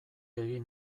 egin